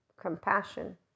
compassion